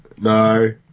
No